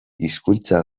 hizkuntza